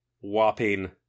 whopping